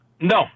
No